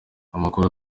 amakuru